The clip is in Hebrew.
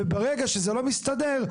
וברגע שזה לא מתסדר,